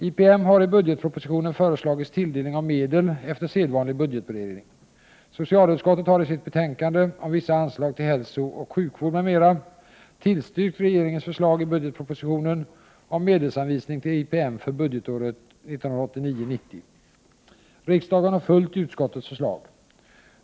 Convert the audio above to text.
IPM har i budgetpropositionen föreslagits tilldelning av medel efter sedvanlig budgetberedning. Socialutskottet har sedan i sitt betänkande om vissa anslag till hälsooch sjukvård m.m. (1988 90. Riksdagen har följt utskottets förslag.